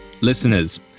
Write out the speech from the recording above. Listeners